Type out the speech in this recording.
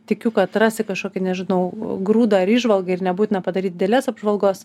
tikiu kad rasi kažkokį nežinau grūdą ar įžvalgą ir nebūtina padaryti didelės apžvalgos